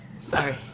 sorry